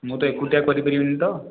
ମୁଁ ତ ଏକୁଟିଆ କରିପାରିବିନି ତ